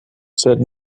said